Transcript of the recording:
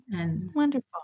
Wonderful